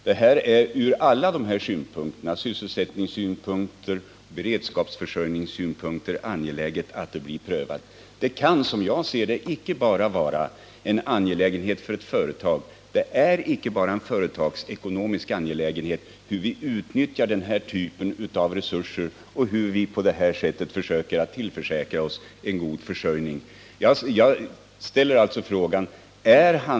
Detta är en fråga som det är angeläget att pröva ur både sysselsättningsoch försörjningsberedskapssynpunkt. Det är, som jag ser det, inte bara en företagsekonomisk fråga hur vi utnyttjar den här typen av resurser för att tillförsäkra oss en god försörjning.